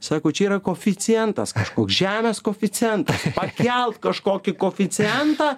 sako čia yra koeficientas kažkoks žemės koeficientas pakelt kažkokį koeficientą